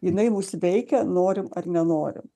jinai mus veikia norim ar nenorim